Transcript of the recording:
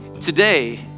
today